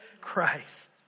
Christ